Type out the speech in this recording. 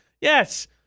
Yes